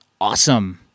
Awesome